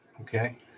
Okay